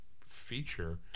feature